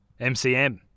MCM